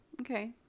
Okay